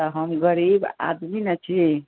हम गरीब आदमी ने छी